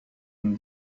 une